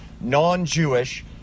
non-Jewish